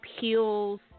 peels